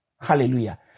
Hallelujah